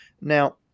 Now